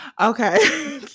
Okay